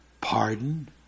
pardon